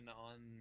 on